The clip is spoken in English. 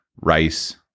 rice